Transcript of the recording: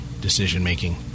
decision-making